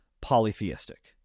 polytheistic